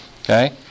okay